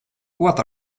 what